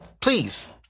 Please